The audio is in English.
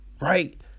right